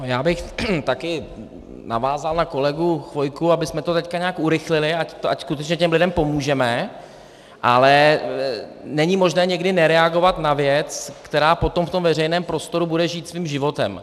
Já bych také navázal na kolegu Chvojku, abychom to teď nějak urychlili, ať skutečně těm lidem pomůžeme, ale není možné někdy nereagovat na věc, která potom ve veřejném prostoru bude žít svým životem.